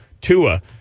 Tua